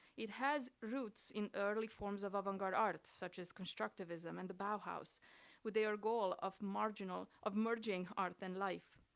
it has roots in early forms of avant-garde art such as constructivism and the bauhaus with their goal of marginal, of merging art and life.